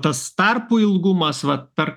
tas tarpų ilgumas vat per